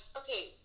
okay